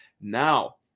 Now